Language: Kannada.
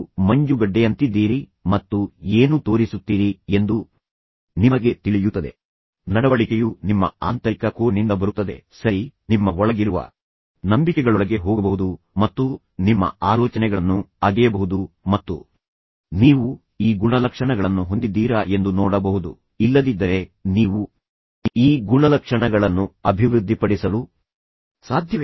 ನೀವು ಮಂಜುಗಡ್ಡೆಯಂತಿದ್ದೀರಿ ಮತ್ತು ನೀವು ಏನು ತೋರಿಸುತ್ತೀರಿ ಎಂದು ನಿಮಗೆ ತಿಳಿಯುತ್ತದೆ ನಡವಳಿಕೆಯು ನಿಮ್ಮ ಆಂತರಿಕ ಕೋರ್ ನಿಂದ ಒಳಗಿನಿಂದ ಬರುತ್ತದೆ ಸರಿ ನಿಮ್ಮ ಒಳಗಿರುವ ನಂಬಿಕೆಗಳು ಮತ್ತು ನಂಬಿಕೆಗಳೊಳಗೆ ನೀವು ಒಳಗೆ ಹೋಗಬಹುದು ಮತ್ತು ನಂತರ ನಿಮ್ಮ ಆಲೋಚನೆಗಳನ್ನು ಅಗೆಯಬಹುದು ಮತ್ತು ನೀವು ಈ ಗುಣಲಕ್ಷಣಗಳನ್ನು ಹೊಂದಿದ್ದೀರಾ ಎಂದು ನೋಡಬಹುದು ಇಲ್ಲದಿದ್ದರೆ ನೀವು ಈ ಗುಣಲಕ್ಷಣಗಳನ್ನು ಅಭಿವೃದ್ಧಿಪಡಿಸಲು ಪ್ರಾಮಾಣಿಕವಾಗಿ ಪ್ರಯತ್ನಿಸಲು ಸಾಧ್ಯವೇ